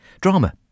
drama